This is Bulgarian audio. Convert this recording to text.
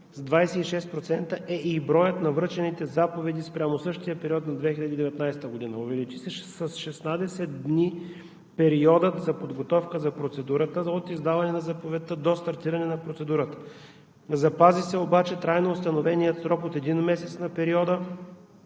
26% е и броят на връчените заповеди спрямо същия период на 2019 г. Увеличи се с 16 дни периодът за подготовка за процедурата от издаване на заповедта до стартиране на процедурата. Запази се обаче трайно установеният срок от един месец на периода